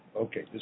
okay